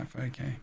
Okay